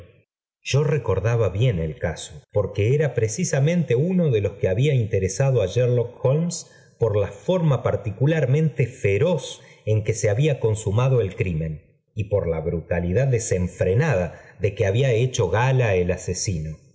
yo recordaba bien el caeo porque era precisamente uno que había interesado á sharlock holmes por la jornia particularmente fóroz en que se había consumado el crimen y por la brutalidad desenfrenada de que había hecho gala el asesino